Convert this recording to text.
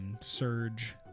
surge